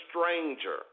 stranger